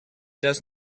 does